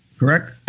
Correct